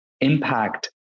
impact